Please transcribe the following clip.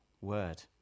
word